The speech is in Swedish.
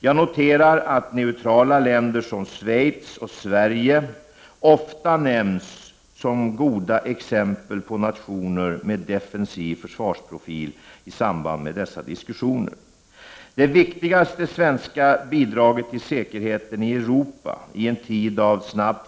Jag noterar att neutrala länder som Schweiz och Sverige ofta nämns som goda exempel på nationer med en defensiv försvarsprofil i samband med dessa diskussioner. Det viktigaste svenska bidraget till säkerheten i Europa i en tid av snabb Prot.